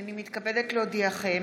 הינני מתכבדת להודיעכם,